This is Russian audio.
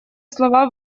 слова